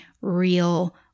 real